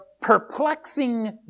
perplexing